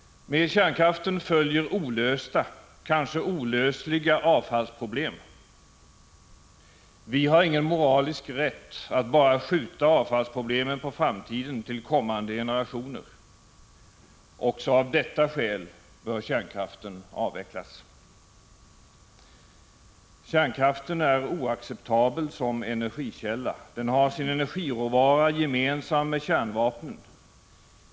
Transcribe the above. Med kärnkraften följer olösta, kanske olösliga, avfallsproblem. Vi har ingen moralisk rätt att bara skjuta avfallsproblemen på framtiden till kommande generationer. Också av detta skäl bör kärnkraften avvecklas. Kärnkraften är oacceptabel som energikälla. Den har sin energiråvara gemensam med kärnvapen.